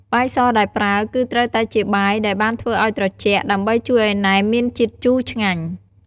បាយសដែលប្រើ គឺត្រូវតែជាបាយដែលបានធ្វើឱ្យត្រជាក់ ដើម្បីជួយឱ្យណែមមានជាតិជូរឆ្ងាញ់។